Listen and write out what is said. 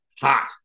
hot